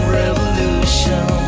revolution